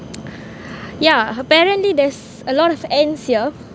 yeah apparently there's a lot of ants here